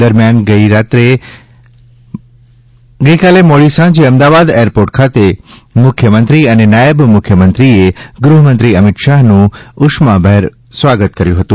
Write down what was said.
દરમ્યાન ગઈકાલે મોડી સાંજે અમદાવાદ એરપોર્ટ ખાતે મુખ્યમંત્રી અને નાયબ મુખ્યમંત્રીએ ગૃહમંત્રી અમિત શાહનું ઉષ્માભર્યુ સ્વાગત કર્યુ હતું